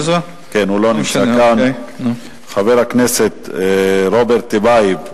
שאילתא 1262 של חבר הכנסת רוברט טיבייב,